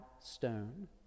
stone